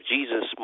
Jesus